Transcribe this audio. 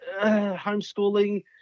Homeschooling